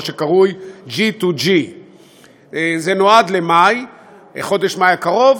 מה שקרוי G2G. זה נועד לחודש מאי הקרוב,